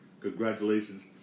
Congratulations